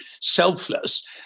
selfless